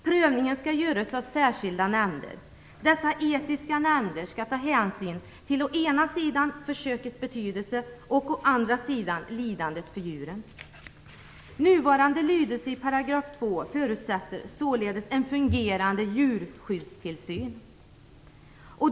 Prövningen skall göras av särskilda nämnder. Dessa etiska nämnder skall ta hänsyn till å ena sidan försökets betydelse och å andra sidan lidandet för djuren. Nuvarande lydelse i 2 § förutsätter således en fungerande djurskyddstillsyn.